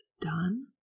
done